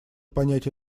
понять